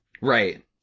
Right